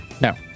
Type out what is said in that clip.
No